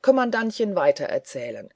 kommandantchen weitererzählt